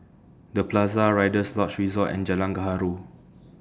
The Plaza Rider's Lodge Resort and Jalan Gaharu